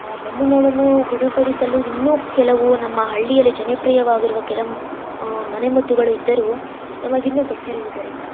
ಬೆನ್ನು ನೋವನ್ನೂ ಗುಣಪಡಿಸಲು ಇನ್ನೂ ಕೆಲವು ನಮ್ಮ ಹಳ್ಳಿಯಲ್ಲಿ ಜನಪ್ರಿಯವಾಗಿರುವ ಕೆಲವ್ ಮನೆಮದ್ದುಗಳು ಇದ್ದರೂ ನಮಗಿನ್ನೂ ಗೊತ್ತಿರುವುದರಿಲ್ಲ